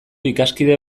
ikaskide